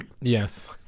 Yes